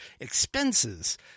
expenses